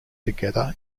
together